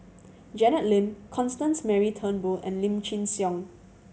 Janet Lim Constance Mary Turnbull and Lim Chin Siong